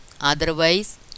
otherwise